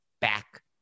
Back